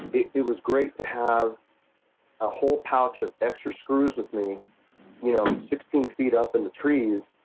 it it was great to have a whole pouch of extra screws with me you know sixteen feet up in the trees,